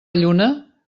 lluna